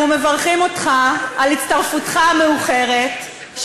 אנחנו מברכים אותך על הצטרפותך המאוחרת.